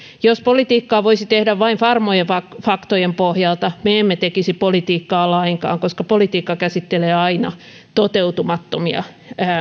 jos politiikkaa voisi tehdä vain varmojen faktojen pohjalta me emme tekisi politiikkaa lainkaan koska politiikka käsittelee aina toteutumattomia